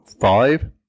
five